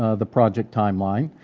ah the project timeline,